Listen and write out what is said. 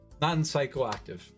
non-psychoactive